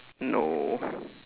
no